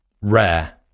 rare